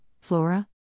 Flora